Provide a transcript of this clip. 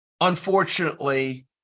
unfortunately